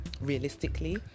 realistically